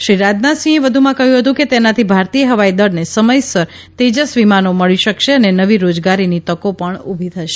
શ્રી રાજનાથ સિંહે વધુમાં કહ્યું હતું કે તેનાથી ભારતીય હવાઇ દળને સમયસર તેજસ વિમાનો મળી શકશે અને નવી રોજગારીની તકો પણ ઉભી થશે